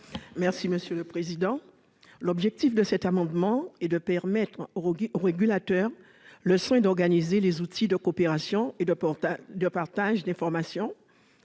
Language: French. Mme Victoire Jasmin. L'objet de cet amendement est de donner au régulateur le soin d'organiser les outils de coopération et de partage d'informations